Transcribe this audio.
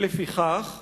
לפיכך ראוי,